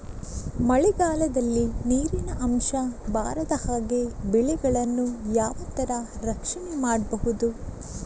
ಮಳೆಗಾಲದಲ್ಲಿ ನೀರಿನ ಅಂಶ ಬಾರದ ಹಾಗೆ ಬೆಳೆಗಳನ್ನು ಯಾವ ತರ ರಕ್ಷಣೆ ಮಾಡ್ಬಹುದು?